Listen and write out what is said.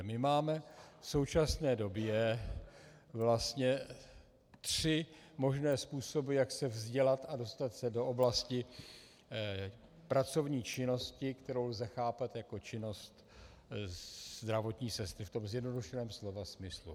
My máme v současné době vlastně tři možné způsoby, jak se vzdělat a dostat se do oblasti pracovní činnosti, kterou lze chápat jako činnost zdravotní sestry ve zjednodušeném slova smyslu.